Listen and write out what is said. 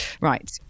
Right